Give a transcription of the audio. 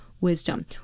wisdom